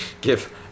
give